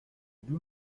d’où